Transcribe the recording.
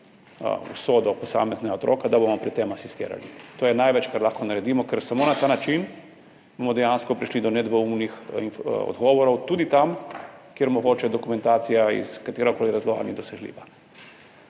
usodo posameznega otroka, da bomo pri tem asistirali. To je največ, kar lahko naredimo, ker samo na ta način bomo dejansko prišli do nedvoumnih odgovorov tudi tam, kjer mogoče dokumentacija iz kateregakoli razloga ni dosegljiva.